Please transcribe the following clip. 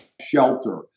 shelter